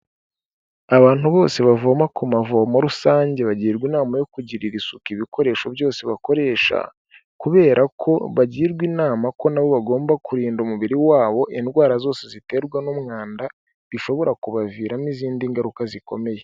Abantu bose bavoma ku mavomo rusange bagirwa inama yo kugirira isuku ibikoresho byose bakoresha kubera ko bagirwa inama ko nabo bagomba kurinda umubiri wabo indwara zose ziterwa n'umwanda bishobora kubaviramo izindi ngaruka zikomeye.